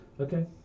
Okay